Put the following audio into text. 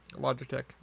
Logitech